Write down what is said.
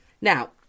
Now